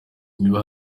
niba